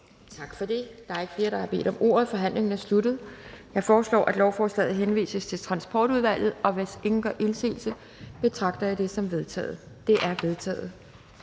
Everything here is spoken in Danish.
Tak for det. Der er ikke flere, der har bedt om ordet, og forhandlingen er sluttet. Jeg foreslår, at lovforslaget henvises til Transportudvalget. Hvis ingen gør indsigelse, betragter jeg det som vedtaget. Det er vedtaget.